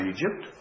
Egypt